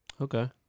Okay